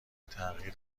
تغییر